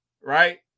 right